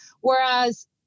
whereas